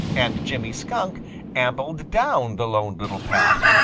and jimmy skunk ambled down the lone little path,